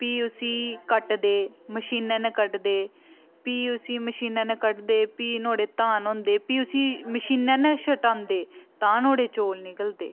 फ्ही उसी कट्टदे मशीनै ने कट्टदे फ्ही उसी मशीने ने कट्टदे फ्ही नुहाड़े धान होंदे फ्ही उसी मशीनै ने गै छटांदे तां नुहाड़े चौल निकलदे